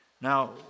Now